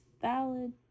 valid